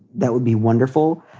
that would be wonderful.